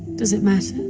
does it matter?